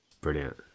brilliant